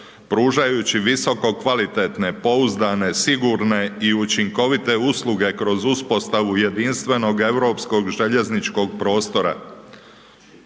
pružajući visokokvalitetne pouzdane, sigurno i učinkovite usluge kroz uspostavu jedinstvenog europskog željezničkog prostora.